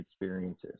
experiences